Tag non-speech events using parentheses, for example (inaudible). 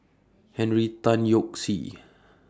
Henry Tan Yoke See (noise)